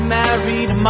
married